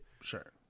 Sure